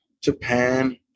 Japan